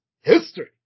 history